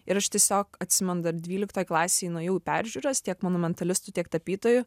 ir aš tiesiog atsimenu dar dvyliktoj klasėj nuėjau peržiūras tiek monumentalistų tiek tapytojų